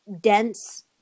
dense